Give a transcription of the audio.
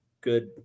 good